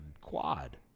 quad